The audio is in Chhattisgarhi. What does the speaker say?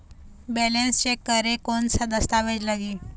बैलेंस चेक करें कोन सा दस्तावेज लगी?